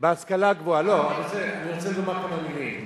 בהשכלה הגבוהה, לא, אני רוצה לומר כמה דברים,